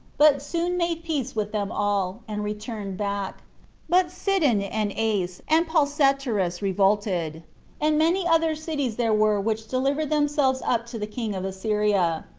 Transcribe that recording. but soon made peace with them all, and returned back but sidon, and ace, and palsetyrus revolted and many other cities there were which delivered themselves up to the king of assyria.